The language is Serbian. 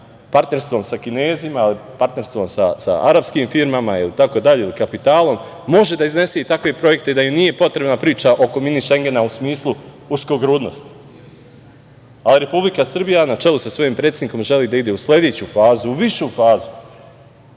partnerstvom sa Kinezima, partnerstvom sa arapskim firmama itd, kapitalom, može da iznese i takve projekte da im nije potrebna priča oko „mini Šengena“ u smislu uskogrudnosti. Ali, Republika Srbija na čelu sa svojim predsednikom želi da ide u sledeću fazu, u višu fazu,